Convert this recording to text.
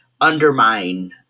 undermine